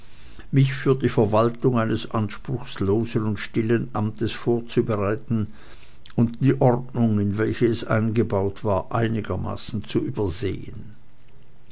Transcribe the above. mich für die verwaltung eines anspruchslosen und stillen amtes vorzubereiten und die ordnung in welche es eingebaut war einigermaßen zu übersehen